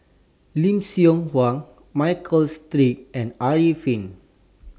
Lim Seok Hui Michael Seet and Arifin